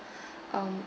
um